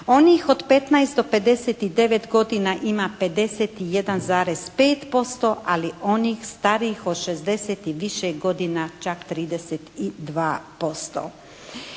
Onih od 15 do 59 godina ima 51,5%, ali onih starijih od 60 i više godina čak 32%.